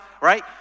right